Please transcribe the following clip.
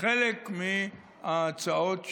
חלק מההצעות שלנו,